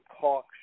talk